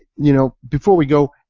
you know before we go,